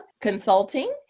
Consulting